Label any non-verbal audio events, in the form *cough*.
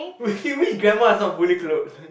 wait *laughs* which grandma is not fully clothed *laughs*